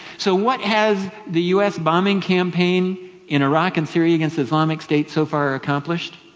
so what has the u s. bombing campaign in iraq and syria against islamic state so far accomplished?